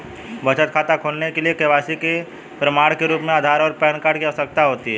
बचत खाता खोलने के लिए के.वाई.सी के प्रमाण के रूप में आधार और पैन कार्ड की आवश्यकता होती है